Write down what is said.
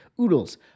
Oodles